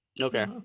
Okay